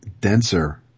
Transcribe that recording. denser